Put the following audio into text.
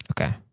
Okay